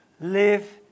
live